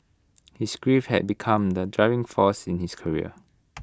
his grief had become the driving force in his career